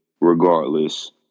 regardless